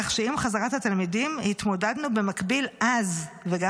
כך שעם חזרת התלמידים התמודדנו במקביל אז וגם